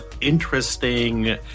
interesting